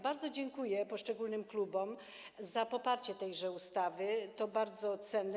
Bardzo dziękuję poszczególnym klubom za poparcie tej ustawy, to bardzo cenne.